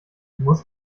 muss